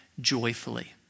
joyfully